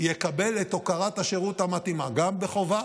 יקבל את הוקרת השירות המתאימה, גם בחובה,